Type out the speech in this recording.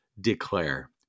declare